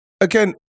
again